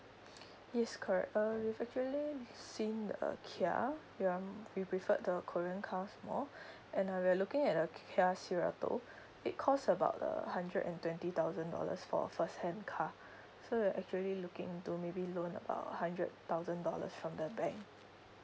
yes correct err we've actually seeing the Kia ya we preferred the korean cars more and uh we're looking at a Kia Sorento it costs about a hundred and twenty thousand dollars for a first-hand car so we're actually looking into maybe loan about hundred thousand dollars from the bank